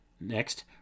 Next